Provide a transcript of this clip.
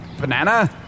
Banana